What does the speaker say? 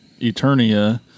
Eternia